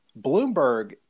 Bloomberg